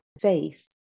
face